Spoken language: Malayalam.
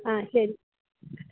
ആ ശരി